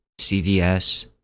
CVS